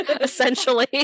essentially